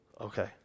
Okay